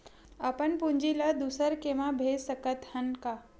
अपन पूंजी ला दुसर के मा भेज सकत हन का?